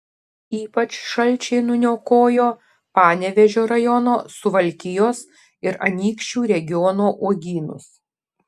ypač šalčiai nuniokojo panevėžio rajono suvalkijos ir anykščių regiono uogynus